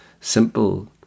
simple